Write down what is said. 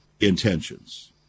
Intentions